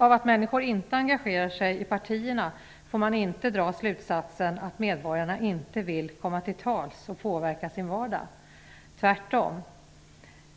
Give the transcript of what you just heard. Av att människor inte engagerar sig i partierna får man inte dra slutsatsen att medborgarna inte vill komma till tals och påverka sin vardag, tvärtom.